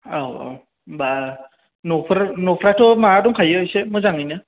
औ औ होम्बा नफोर न'फ्राथ' माबा दंखायो एसे मोजाङैनो